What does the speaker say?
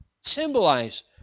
symbolize